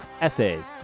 essays